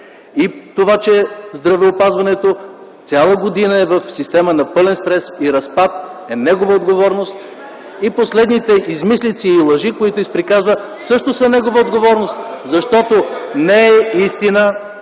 и това, че здравеопазването цяла година е в система на пълен стрес и разпад, е негова отговорност. И последните измислици и лъжи, които изприказва, също са негова отговорност, защото не е истина,